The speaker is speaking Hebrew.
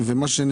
ממשלה.